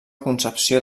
concepció